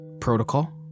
protocol